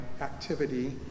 activity